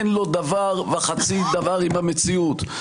אין לו דבר וחצי דבר עם המציאות.